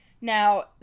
Now